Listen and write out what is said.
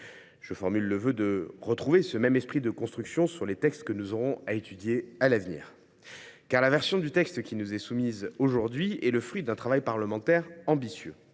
Je formule le vœu de retrouver ce même esprit de construction sur les textes que nous aurons à étudier à l’avenir. En effet, la version du texte qui vous est soumise aujourd’hui est le fruit d’un travail parlementaire ambitieux.